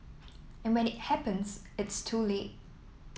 and when it happens it's too late